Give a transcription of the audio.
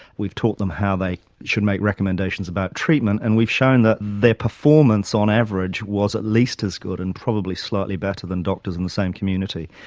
we've taught them how they should make recommendations about treatment, and we've shown that their performance on average was at least as good and probably slightly better than doctors in the same community.